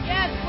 Yes